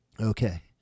Okay